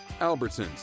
Albertsons